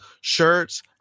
Shirts